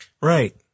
Right